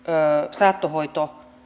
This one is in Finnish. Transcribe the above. saattohoito